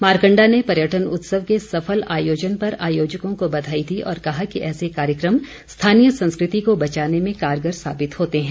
मारकण्डा ने पर्यटन उत्सव के सफल आयोजन पर आयोजकों को बधाई दी और कहा कि ऐसे कार्यक्रम स्थानीय संस्कृति को बचाने में कारगर साबित होते हैं